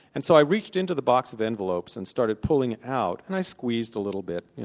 and so i reached into the box of envelopes and started pulling out, and i squeezed a little bit, you